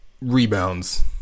rebounds